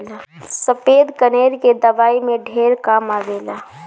सफ़ेद कनेर के दवाई में ढेर काम आवेला